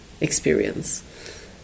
experience